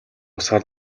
усаар